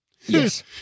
Yes